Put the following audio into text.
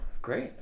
Great